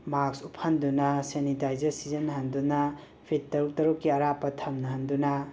ꯃꯥꯛꯁ ꯎꯐꯟꯗꯨꯅꯥ ꯁꯦꯅꯤꯇꯥꯏꯖꯔ ꯁꯤꯖꯟꯅꯍꯟꯗꯨꯅꯥ ꯐꯤꯠ ꯇꯔꯨꯛ ꯇꯔꯨꯛꯀꯤ ꯑꯔꯥꯞꯄ ꯊꯝꯅꯍꯟꯗꯨꯅꯥ